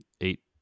eight